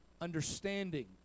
understanding